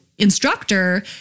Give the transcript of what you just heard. instructor